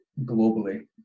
globally